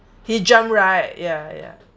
he jumped right ya ya